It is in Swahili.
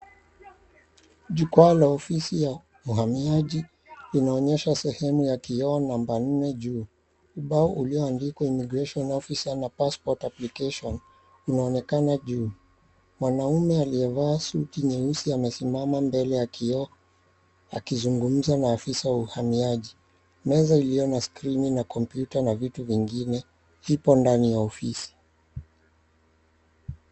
Jukwaa la ofisi ya uhamiaji inaonyesha sehemu ya kioo namba nne juu. Ubao ulioandikwa IMMIGRATION OFFICER na PASSPORT APPLICATION unaonekana juu. Mwanamme aliyevalia suti nyeusi amesimama mbele ya kioo akizungumza na afisa wa uhamiaji. Meza iliyo na skrini na kompyuta na vitu vingine ipo ndani ya ofisi.